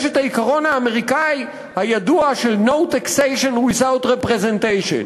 יש העיקרון האמריקני הידוע של: No taxation without representation,